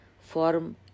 form